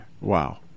Wow